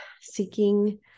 seeking